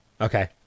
Okay